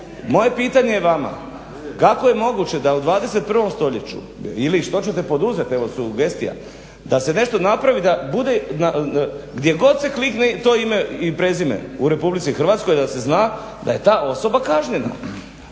moje pitanje je vama kako je moguće da u 21. stoljeću ili što ćete poduzeti evo sugestija da se nešto napravi da bude, gdje god se klikne to ime i prezime u Republici Hrvatskoj da se zna da je ta osoba kažnjena,